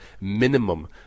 minimum